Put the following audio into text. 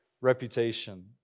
reputation